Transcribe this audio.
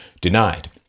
denied